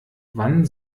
wann